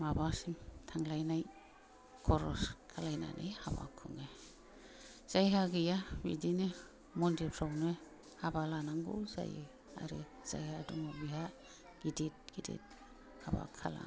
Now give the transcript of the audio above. माबासिम थांलायनाय खरस खालायनानै हाबा खुङो जायहा गैया बिदिनो मन्दिरफ्रावनो हाबा लानांगौ जायो आरो जायहा दङ बिहा गिदित गिदित हाबा खालामो